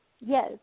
Yes